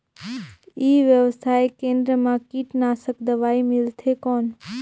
ई व्यवसाय केंद्र मा कीटनाशक दवाई मिलथे कौन?